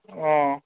ও